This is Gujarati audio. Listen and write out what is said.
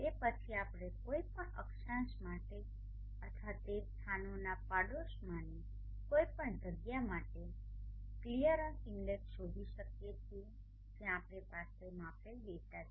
તે પછી આપણે કોઈપણ અક્ષાંશ માટે અથવા તે સ્થાનોના પાડોશમાંની કોઈપણ જગ્યા માટે ક્લિયરન્સ ઇન્ડેક્સ શોધી શકીએ છીએ જ્યાં આપણી પાસે માપેલ ડેટા ઉપલબ્ધ છે